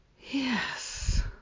yes